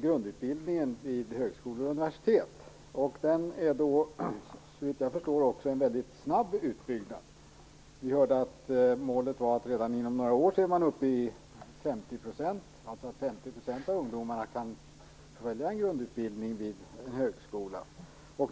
grundutbildningen vid högskolor och universitet. Det är såvitt jag förstår också en mycket snabb utbyggnad. Vi hörde att målet är att redan inom några år vara uppe i 50 %, dvs. 50 % av ungdomarna skall kunna välja en grundutbildning vid en högskola.